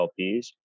LPs